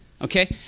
Okay